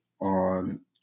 on